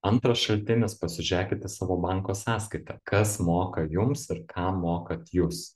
antras šaltinis pasižėkit į savo banko sąskaitą kas moka jums ir kam mokat jūs